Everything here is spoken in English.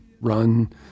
run